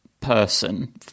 person